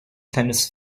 kleines